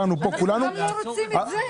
אנחנו הורדנו את זה בוועדת שרים.